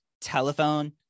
Telephone